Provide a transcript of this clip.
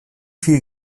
viel